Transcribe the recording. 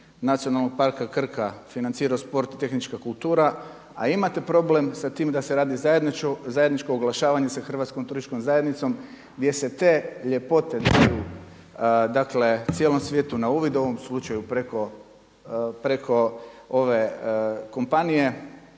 Nacionalnog parka Krka financirao sport i tehnička kultura a imate problem da se radi zajedničko oglašavanje sa Hrvatskom turističkom zajednicom gdje se te ljepote daju dakle cijelom svijetu na uvid, u ovom slučaju preko ove kompanije,